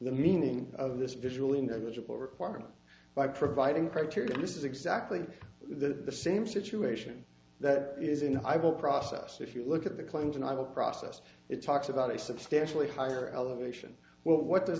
the meaning of this visual individual requirement by providing criteria this is exactly the same situation that is in the i will process if you look at the claims and i will process it talks about a substantially higher elevation well what does